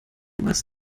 was